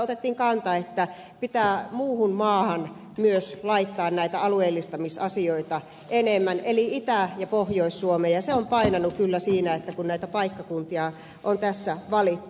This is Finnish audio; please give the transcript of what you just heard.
otettiin kanta että pitää muuhun maahan myös laittaa näitä alueellistamisasioita enemmän eli itä ja pohjois suomeen ja se on kyllä painanut siinä kun näitä paikkakuntia on tässä valittu